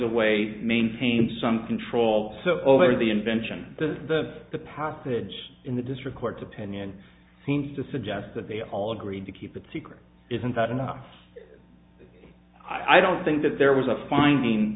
always maintained some control over the invention the passage in the district court's opinion seems to suggest that they all agreed to keep it secret isn't that enough i don't think that there was a finding